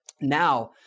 Now